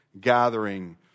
gathering